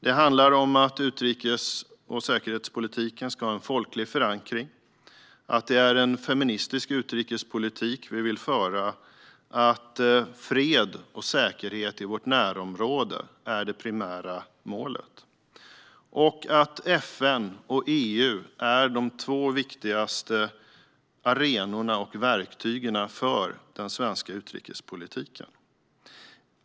Det handlar om att utrikes och säkerhetspolitiken ska ha folklig förankring, att det är en feministisk utrikespolitik vi vill föra, att fred och säkerhet i vårt närområde är det primära målet och att FN och EU är de två viktigaste arenorna och verktygen för den svenska utrikespolitiken.